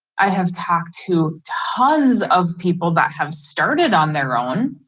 i have talked to tons of people that have started on their own.